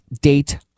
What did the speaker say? date